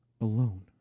alone